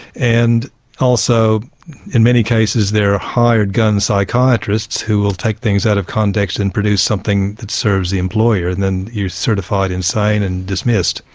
and also in many cases they are hired-gun psychiatrists who will take things out of context and produce something that serves the employer, then you're certified insane and dismissed.